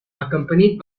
accompanied